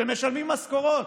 שמשלמים משכורות.